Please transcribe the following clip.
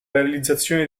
realizzazione